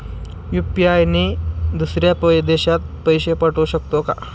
UPI ने दुसऱ्या देशात पैसे पाठवू शकतो का?